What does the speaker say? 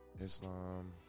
Islam